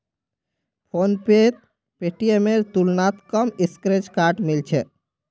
फोनपेत पेटीएमेर तुलनात कम स्क्रैच कार्ड मिल छेक